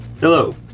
Hello